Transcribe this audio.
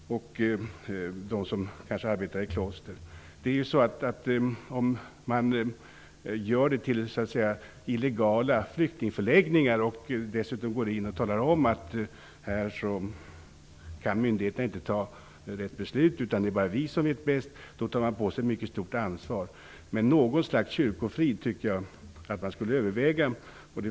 Det gäller även dem som arbetar i kloster. Om man gör dessa platser till illegala flyktingförläggningar och dessutom talar om att man anser att myndigheterna inte kan fatta rätt beslut, då tar man på sig ett mycket stort ansvar. Men något slags kyrkofrid bör övervägas.